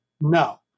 No